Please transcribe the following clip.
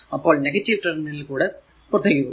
അപ്പോൾ ടെർമിനലിൽ കൂടെ പുറത്തേക്കു പോകുന്നു